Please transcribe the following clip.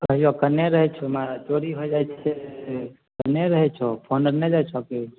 कहियो केन्ने रहैत छी महराज चोरी भऽ जाइत छै से केन्ने रहैत छहो फोन आर ही जाइत छऽ की